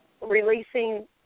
releasing